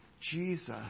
Jesus